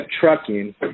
trucking